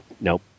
Nope